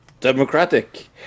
democratic